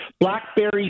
BlackBerry